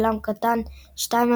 עולם קטן 2,